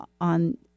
on